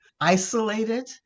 isolated